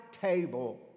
table